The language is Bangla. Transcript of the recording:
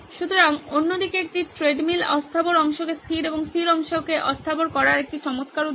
সুতরাং অন্যদিকে একটি ট্রেডমিল অস্থাবর অংশকে স্থির এবং স্থির অংশকে অস্থাবর করার একটি চমৎকার উদাহরণ